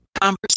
conversation